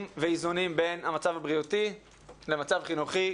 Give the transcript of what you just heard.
ואיזונים בין המצב הבריאותי למצב חינוכי,